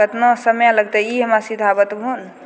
कतना समय लगतै ई हमरा सीधा बतबहो ने